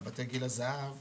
בבתי גיל הזהב,